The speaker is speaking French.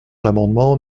l’amendement